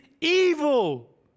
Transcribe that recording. evil